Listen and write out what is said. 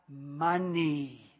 money